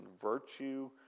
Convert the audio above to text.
virtue